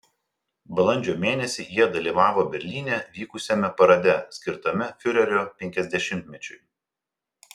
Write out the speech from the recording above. balandžio mėnesį jie dalyvavo berlyne vykusiame parade skirtame fiurerio penkiasdešimtmečiui